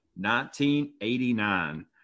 1989